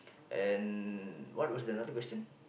and what was another question